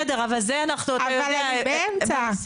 אבל אני באמצע.